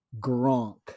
Gronk